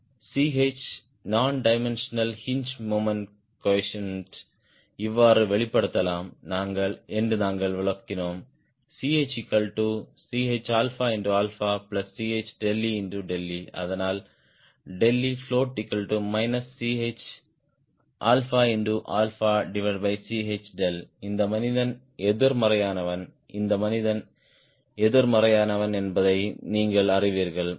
Ch non dimensional hinge moment coefficient இவ்வாறு வெளிப்படுத்தலாம் என்று நாங்கள் விளக்கினோம் ChChChee அதனால் float ChCh இந்த மனிதன் எதிர்மறையானவன் இந்த மனிதன் எதிர்மறையானவன் என்பதை நீங்கள் அறிவீர்கள்